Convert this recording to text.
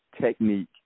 technique